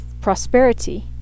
prosperity